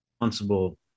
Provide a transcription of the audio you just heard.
responsible